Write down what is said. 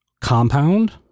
compound